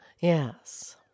Yes